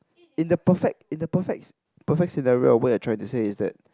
in the perfect in the perfect perfect scenario where you're trying to say is that